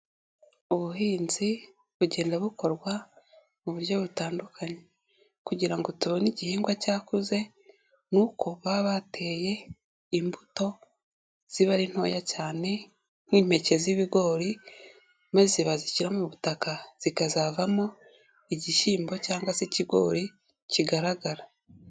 Ubuhinzi bugenda bukorwa mu buryo butandukanye, kugira ngo tubone igihingwa cyakuze ni uko baba bateye imbuto ziba ari ntoya cyane nk'impeke z'ibigori, maze bazishyira mu butaka zikazavamo igishyimbo cyangwa se ikigori kigaragara.